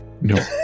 No